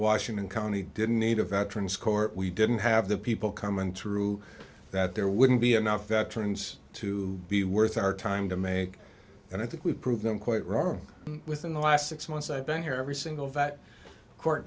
washington county didn't need a veterans court we didn't have the people coming through that there wouldn't be enough veterans to be worth our time to make and i think we proved them quite wrong within the last six months i've been here every single